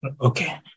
Okay